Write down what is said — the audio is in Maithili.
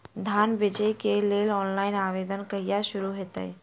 धान बेचै केँ लेल ऑनलाइन आवेदन कहिया शुरू हेतइ?